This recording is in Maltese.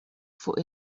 fuq